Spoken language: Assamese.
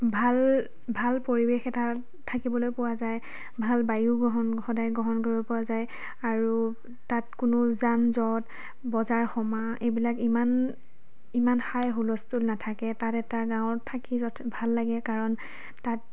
ভাল ভাল পৰিৱেশ এটা থাকিবলৈ পোৱা যায় ভাল বায়ু গ্ৰহণ সদায় গ্ৰহণ কৰিব পৰা যায় আৰু তাত কোনো যান জঁট বজাৰ সমাৰ এইবিলাক ইমান ইমান হাই হুলস্থূল নাথাকে তাত এটা গাঁৱত থাকি যথে ভাল লাগে কাৰণ তাত